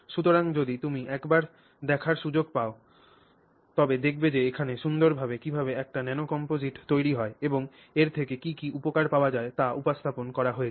সুতরাং যদি তুমি একবার দেখার সুযোগ পাও তবে দেখবে যে এখানে খুব সুন্দরভাবে কীভাবে একটি ন্যানো কমপোজিট তৈরি হয় এবং এর থেকে কী কী উপকার পাওয়া যায় তা উপস্থাপন করা হয়েছে